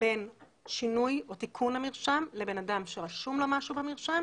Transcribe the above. בין שינוי או תיקון המרשם לבן אדם שרשום לו משהו במרשם